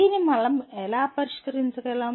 దీన్ని మనం ఎలా పరిష్కరించగలం